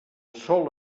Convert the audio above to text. sol